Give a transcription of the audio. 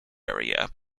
area